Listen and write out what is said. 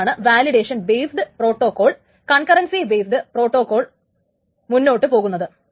അങ്ങനെയാണ് validation based protocol concurrency based protocol മുന്നോട്ടുപോകുന്നത്